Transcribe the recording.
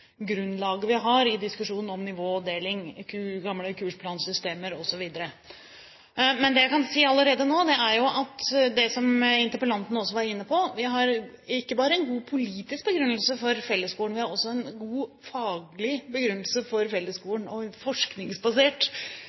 forskningsgrunnlaget vi har om nivådeling, gamle kursplansystemer osv. Det jeg kan si allerede nå, som også interpellanten var inne på, er at vi ikke bare har en god politisk begrunnelse for fellesskolen. Vi har også en god faglig begrunnelse for fellesskolen og en forskningsbasert